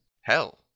hell